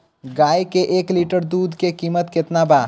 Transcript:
गाए के एक लीटर दूध के कीमत केतना बा?